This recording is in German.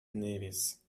nevis